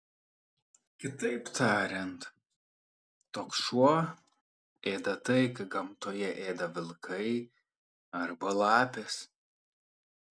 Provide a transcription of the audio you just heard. kitaip tariant toks šuo ėda tai ką gamtoje ėda vilkai arba lapės